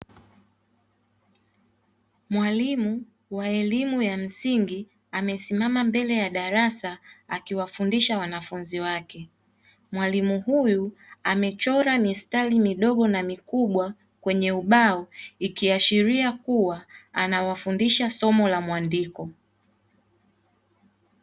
Mwalimu wa elimu ya msingi amesimama mbele ya darasa akiwafundisha wanafunzi wake, mwalimu huyu amechora mistari midogo na mikubwa kwenye ubao; ikiashiria kuwa anawafundisha somo la mwandiko.